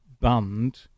band